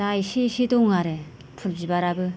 दा इसे इसे दं आरो फुल बिबाराबो